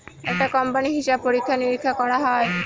একটা কোম্পানির হিসাব পরীক্ষা নিরীক্ষা করা হয়